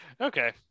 Okay